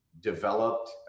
developed